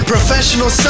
Professional